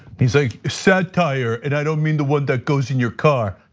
he's like satire, and i don't mean the one that goes in your car.